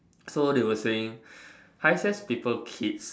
so they were saying high S_E_S people kids